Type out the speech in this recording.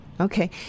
Okay